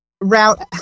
route